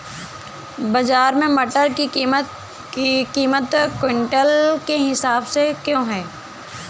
बाजार में मटर की कीमत क्विंटल के हिसाब से क्यो है?